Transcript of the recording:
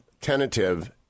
tentative